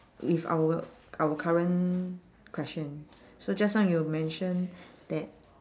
with our our current question so just now you mention that